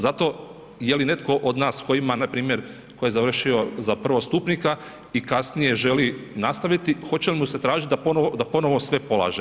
Zato je li netko od nas, tko ima, npr. tko je završio za prvostupnika i kasnije želi nastaviti, hoće li mu se tražiti da ponovno sve polaže?